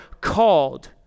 called